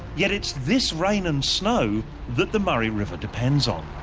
yet it's this rain and snow that the murray river depends on.